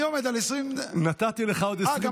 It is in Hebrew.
אני עומד על 20, נתתי לך עוד 20 שניות.